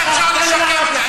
איך אפשר לשקם את זה?